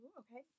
okay